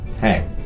hey